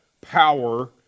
power